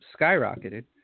skyrocketed